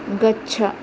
गच्छ